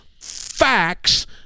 facts